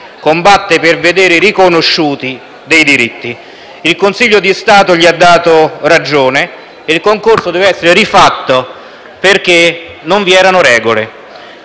combatte per vedere riconosciuti dei diritti. Il Consiglio di Stato gli ha dato ragione e il concorso deve essere rifatto, perché non vi erano regole.